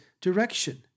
direction